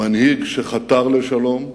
מנהיג שחתר לשלום,